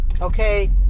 okay